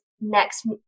next